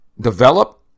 develop